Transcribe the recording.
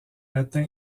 latin